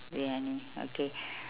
briyani okay